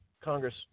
Congress